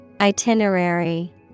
Itinerary